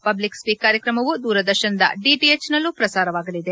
public ಸ್ಸೀಕ್ ಕಾರ್ಯಕ್ರಮವು ದೂರದರ್ಶನದ ಡಿಟಿಎಚ್ ನಲ್ಲೂ ಪ್ರಸಾರವಾಗಲಿದೆ